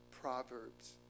Proverbs